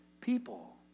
people